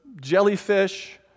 jellyfish